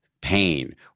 pain